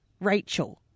Rachel